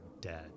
dead